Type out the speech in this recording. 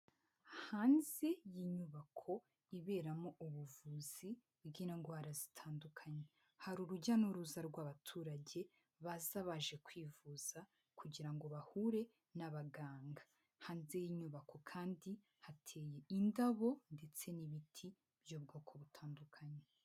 Hanze y'inyubako iberamo ubuvuzi bw'indwara zitandukanye, hari urujya n'uruza rw'abaturage baza baje kwivuza kugira ngo bahure n'abaganga hanze, y'inyubako kandi hateye indabo ndetse n'ibiti by'ubwoko butandukanye.